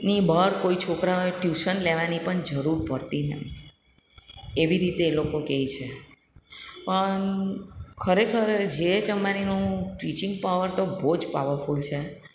ની બહાર કોઈ છોકરાઓએ ટ્યૂશન લેવાની પણ જરૂર પડતી નહીં એવી રીતે એ લોકો કહે છે પણ ખરેખર જેએચ અંબાનીનું ટીચિંગ પાવર તો બહુ જ પાવરફૂલ છે